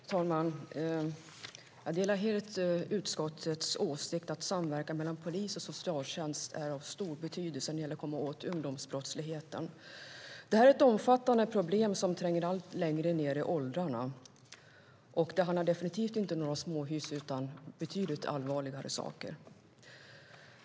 Herr talman! Jag delar helt utskottets åsikt att samverkan mellan polis och socialtjänst är av stor betydelse när det gäller att komma åt ungdomsbrottslighet. Det här är ett omfattande problem som tränger allt längre ned i åldrarna, och det handlar definitivt inte om några småhyss utan om betydligt allvarligare saker.